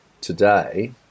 today